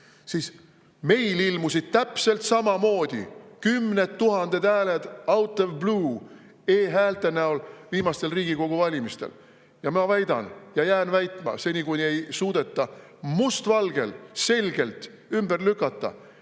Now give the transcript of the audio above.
siis meil ilmusid täpselt samamoodi kümned tuhanded hääled, out of blue, e-häälte näol viimastel Riigikogu valimistel. Ma väidan ja jään väitma seni, kuni ei suudeta must valgel selgelt ümber lükata,